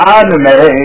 anime